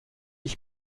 ich